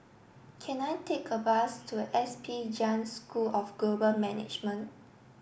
can I take a bus to S P Jain School of Global Management